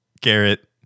Garrett